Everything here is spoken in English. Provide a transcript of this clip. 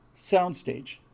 soundstage